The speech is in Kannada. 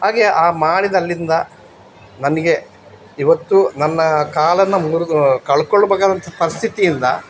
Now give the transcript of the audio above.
ಹಾಗೇ ಆ ಮಾಡಿದಲ್ಲಿಂದ ನನಗೆ ಇವತ್ತು ನನ್ನ ಕಾಲನ್ನು ಮುರಿದು ಕಳಕೊಳ್ಬೇಕಾದಂಥ ಪರಿಸ್ಥಿತಿಯಿಂದ